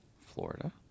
florida